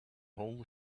hole